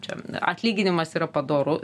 čia atlyginimas yra padoru